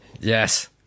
Yes